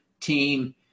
team